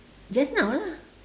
just now lah